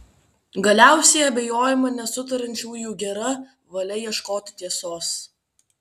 galiausiai abejojama nesutariančiųjų gera valia ieškoti tiesos